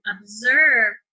observe